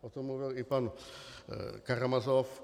O tom mluvil i pan Karamazov.